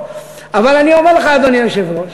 אבל אני אומר לך, אדוני היושב-ראש,